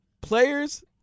players